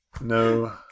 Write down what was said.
No